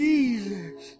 Jesus